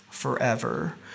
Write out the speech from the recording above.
Forever